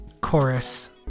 chorus